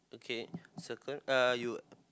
okay circle uh you